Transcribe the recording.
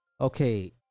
Okay